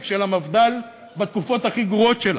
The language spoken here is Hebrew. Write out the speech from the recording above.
של המפד"ל בתקופות הכי גרועות שלה,